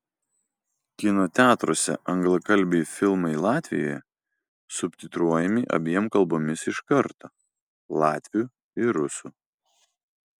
kino teatruose anglakalbiai filmai latvijoje subtitruojami abiem kalbomis iš karto latvių ir rusų